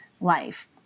life